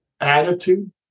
attitude